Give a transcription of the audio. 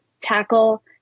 tackle